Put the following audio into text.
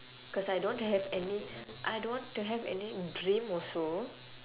cause I don't have any I don't want to have any dream also